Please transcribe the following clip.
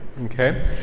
Okay